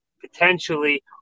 potentially